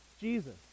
jesus